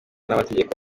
n’amategeko